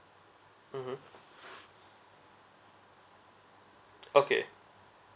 mmhmm okay